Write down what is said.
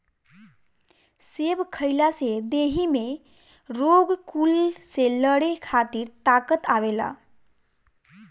सेब खइला से देहि में रोग कुल से लड़े खातिर ताकत आवेला